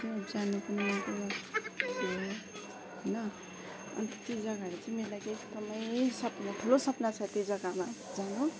जानु होइन अन्त त्यो जग्गाहरू चाहिँ मेरो लागि एकदमै सपना ठुलो सपना छ त्यो जग्गामा जानु